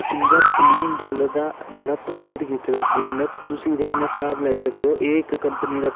sports दे match कराओ जिन्ने बी मैच होंदे न ओह् साढ़े ग्राएं च कराओ हर ग्रां च जाइयै